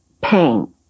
pain